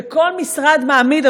וכל משרד מעמיד,